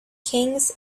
kings